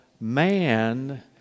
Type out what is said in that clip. man